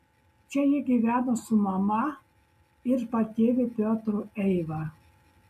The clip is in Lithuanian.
čia ji gyveno su mama ir patėviu piotru eiva